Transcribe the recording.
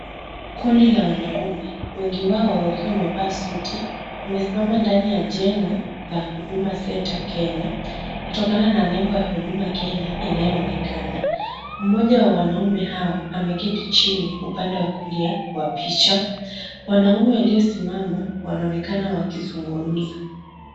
Kundi la wanaume wengi wao wakiwa wamevaa suti wamesimama ndani ya jengo la huduma center kenya kutokana na nembo ya huduma kenya inayoonekana. Mmoja wa wanaume hao ameketi chini upande wa kulia wa picha. Wanaume waliosimama wanaonekana wakizungumza.